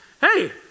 Hey